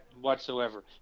whatsoever